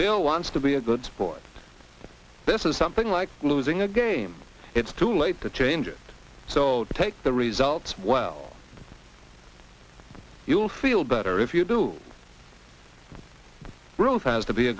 there wants to be a good sport this is something like losing a game it's too late to change it so take the results well you'll feel better if you do root has to be a